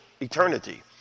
eternity